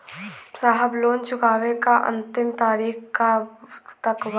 साहब लोन चुकावे क अंतिम तारीख कब तक बा?